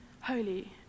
holy